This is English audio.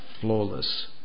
flawless